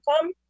come